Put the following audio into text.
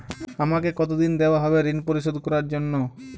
আমাকে কতদিন দেওয়া হবে ৠণ পরিশোধ করার জন্য?